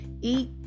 Eat